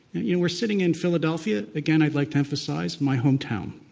you know, we're sitting in philadelphia. again, i'd like to emphasize, my hometown.